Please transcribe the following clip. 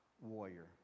warrior